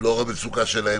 לאור המצוקה שלהם.